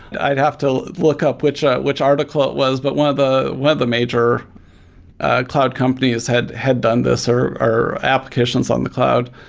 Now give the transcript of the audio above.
i'd have to look up which up which article it was, but one of the major ah cloud companies had had done this or or applications on the cloud.